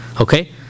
Okay